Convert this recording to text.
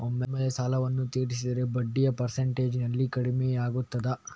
ಒಮ್ಮೆಲೇ ಸಾಲವನ್ನು ತೀರಿಸಿದರೆ ಬಡ್ಡಿಯ ಪರ್ಸೆಂಟೇಜ್ನಲ್ಲಿ ಕಡಿಮೆಯಾಗುತ್ತಾ?